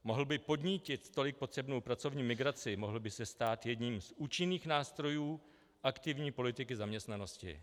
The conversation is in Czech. Mohl by podnítit tolik potřebnou pracovní migraci, mohl by se stát jedním z účinných nástrojů aktivní politiky zaměstnanosti.